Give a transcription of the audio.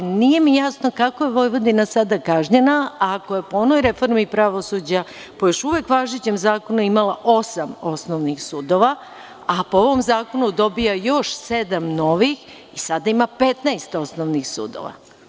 Nije mi jasno kako je Vojvodina sada kažnjena, ako je po onoj reformi pravosuđa, po još uvek važećem zakonu imala osam osnovnih sudova, a po ovom zakonu dobija još sedam novih i sada ima 15 osnovnih sudova.